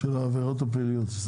העברות הפליליות?